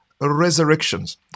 resurrections